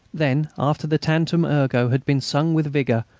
then, after the tantum ergo had been sung with vigour,